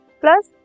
plus